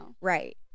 Right